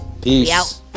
Peace